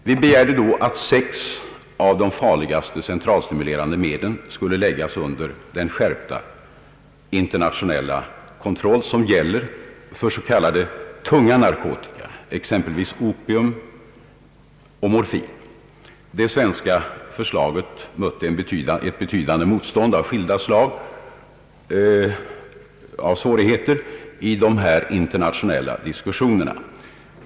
Vi begärde då att sex av de farligaste centralstimulerande medlen skulle läggas under den skärpta internationella kontroll som gäller för s.k. tunga narkotika, exempelvis opium och morfin. Det svenska förslaget mötte ett betydande motstånd av skilda slag vid dessa internationella diskussioner.